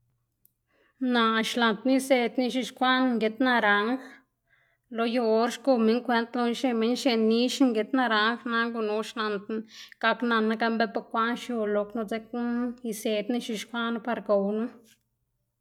naꞌ xlaꞌndná iseꞌdná ix̱uxkwaꞌná ngid naranj lo yu or xgu minn kwend loná xneꞌ minn xneꞌ nix ngid naranj nana gunu xlaꞌndná gaknanná gan bepa kwaꞌn xiu lo knu dzekna iseꞌdná ix̱uxkwaꞌnu par gownu.